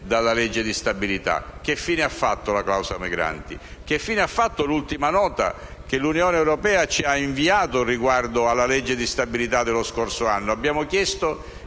dalla legge di stabilità. Che fine ha fatto la clausola migranti? Che fine ha fatto l'ultima nota che l'Unione europea ci ha inviato riguardo alla legge di stabilità dello scorso anno? Abbiamo chiesto